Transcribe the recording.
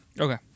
Okay